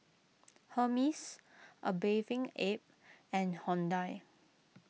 Hermes A Bathing Ape and Hyundai